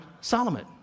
Solomon